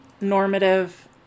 normative